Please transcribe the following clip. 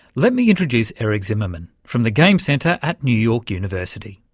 let me introduce eric zimmerman from the game centre at new york university.